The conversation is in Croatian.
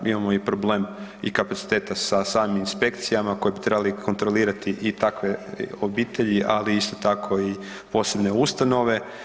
Mi imamo problem i kapaciteta sa samim inspekcijama koji bi trebali kontrolirati i takve obitelji, ali isto tako i posebne ustanove.